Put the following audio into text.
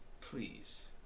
please